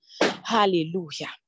hallelujah